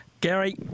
Gary